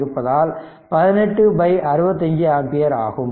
இருப்பதால் 18 65 ஆம்பியர் ஆகும்